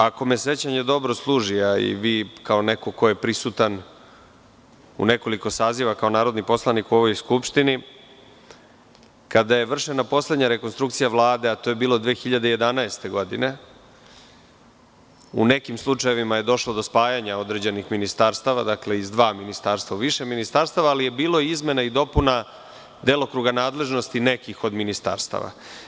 Ako me sećanje dobro služi, a i vi kao neko ko je prisutan u nekoliko saziva kao narodni poslanik u ovoj skupštini, kada je vršena poslednja rekonstrukcija Vlade, a to je bilo 2011. godine, u nekim slučajevima je došlo do spajanja određenih ministarstava, dakle, iz dva ministarstava, u više ministarstava, ali je bilo izmena i dopuna delokruga nadležnosti nekih od ministarstava.